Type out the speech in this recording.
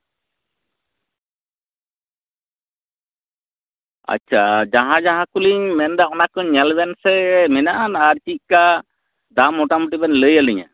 ᱟᱪᱪᱷᱟ ᱡᱟᱦᱟᱸ ᱡᱟᱦᱟᱸ ᱠᱚᱞᱤᱧ ᱧᱮᱞᱫᱟ ᱚᱱᱟ ᱠᱚ ᱧᱮᱞ ᱵᱮᱱ ᱥᱮ ᱢᱮᱱᱟᱜᱼᱟᱱ ᱟᱨ ᱪᱮᱫᱞᱮᱠᱟ ᱫᱟᱢ ᱢᱚᱴᱟᱢᱩᱴᱤ ᱵᱮᱱ ᱞᱟᱹᱭ ᱟᱞᱤᱧᱟ